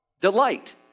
Delight